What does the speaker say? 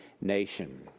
nation